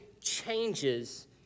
changes